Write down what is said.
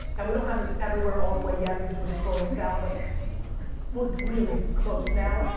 and we don't have this everywhere all the way yet because we're just rolling this out, but we're really close now,